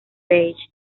beige